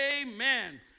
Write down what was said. Amen